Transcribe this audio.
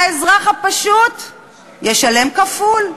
האזרח הפשוט ישלם כפול.